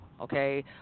okay